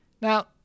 Now